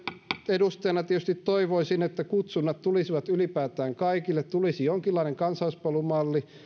edustajana tietysti toivoisin että kutsunnat tulisivat ylipäätään kaikille että tulisi jonkinlainen kansalaispalvelumalli